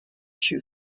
shoe